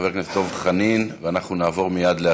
חבר הכנסת דב חנין,